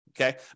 Okay